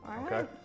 okay